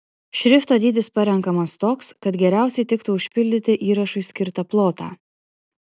šrifto dydis parenkamas toks kad geriausiai tiktų užpildyti įrašui skirtą plotą